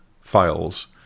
files